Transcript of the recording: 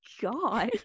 god